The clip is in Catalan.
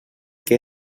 què